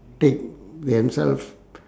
take themselves